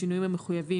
בשינויים המחויבים,